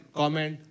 comment